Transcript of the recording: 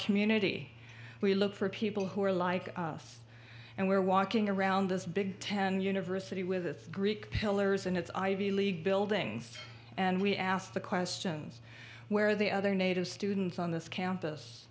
community we look for people who are like us and we're walking around this big ten university with greek pillars and it's ivy league buildings and we asked the questions where the other native students on this campus